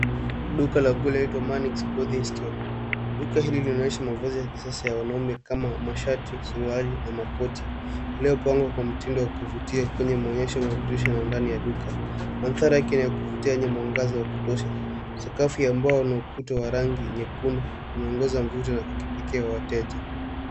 Duka la nguo linaloitwa Manix Clothing Store. Duka hili linaonyesha mavazi ya kisasa ya wanaume kama mashati, suruali na makoti, uliopangwa kwa mtindo wa kuvutia kwenye maonyesho ya dirisha na ndani ya duka. Mandhari yake ni ya kuvutia yenye mwangaza wa kutosha. Sakafu ya mbao una ukuta wa rangi nyekundu, unaongoza mvuto wa kipekee wa wateja.